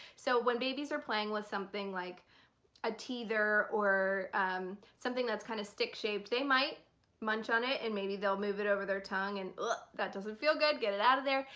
so when babies are playing with something like a teether or something that's kind of stick shaped they might munch on it and maybe they'll move it over their tongue and gag like that doesn't feel good. get it out of there.